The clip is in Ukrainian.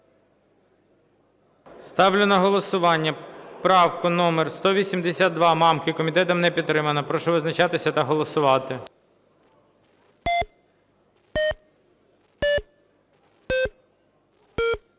Ставлю на голосування правку номер 182 Мамки. Комітетом не підтримана. Прошу визначатися та голосувати.